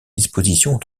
dispositions